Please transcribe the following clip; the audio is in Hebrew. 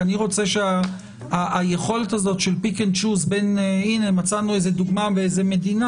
אני רוצה שהיכולת של peak and choose בדוגמה שמצאנו באיזו מדינה